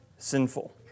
sinful